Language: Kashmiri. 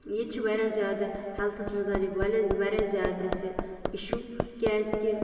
ییٚتہِ چھِ واریاہ زیادٕ ہیٚلتھس مُتعلِق والیا واریاہ زیادٕ اَسہِ اِشوٗ کیٛازِ کہِ